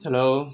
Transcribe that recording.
hello